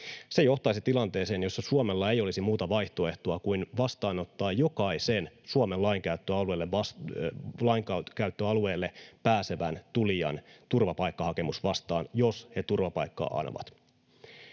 Se johtaisi tilanteeseen, jossa Suomella ei olisi muuta vaihtoehtoa kuin vastaanottaa jokaisen Suomen lainkäyttöalueelle pääsevän tulijan turvapaikkahakemus, jos he turvapaikkaa anovat.